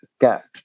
gap